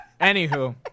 anywho